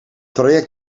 traject